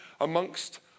amongst